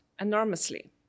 enormously